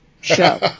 show